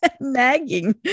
nagging